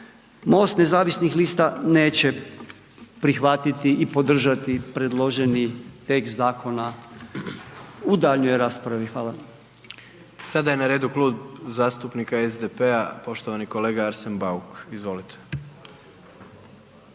Most nezavisnih lista neće prihvatiti i podržati predloženi tekst zakona u daljnjoj raspravi. Hvala. **Jandroković, Gordan (HDZ)** Sada je na redu klub zastupnika SDP-a, poštovani kolega Arsen Bauk, izvolite.